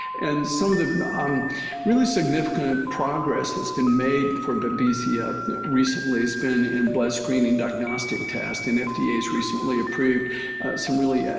and some of the um really significant progress has been made for babesia recently it's been in blood screening diagnostic test. and fda has recently approved some really